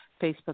Facebook